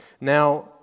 Now